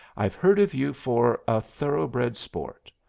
i've heard of you for a thoroughbred sport.